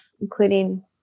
including